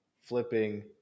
Flipping